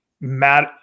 Matt